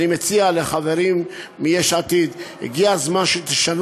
אני מציע לחברים מיש עתיד: הגיע הזמן שתשנו